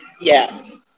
Yes